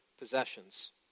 possessions